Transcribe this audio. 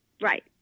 Right